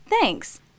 thanks